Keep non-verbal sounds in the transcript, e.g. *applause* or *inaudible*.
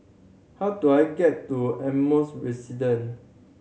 how do I get to Ardmore *unintelligible* Resident